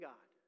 God